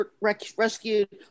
rescued